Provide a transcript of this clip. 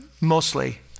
mostly